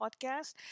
podcast